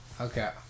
Okay